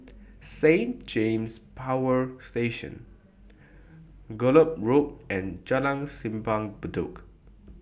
Saint James Power Station Gallop Road and Jalan Simpang Bedok